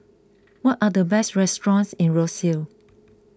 what are the best restaurants in Roseau